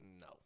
No